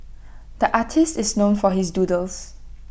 the artist is known for his doodles